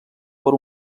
per